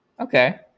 Okay